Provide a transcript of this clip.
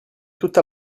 tutta